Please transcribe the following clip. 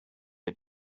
had